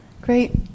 Great